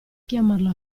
chiamarlo